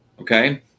okay